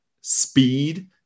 speed